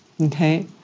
Okay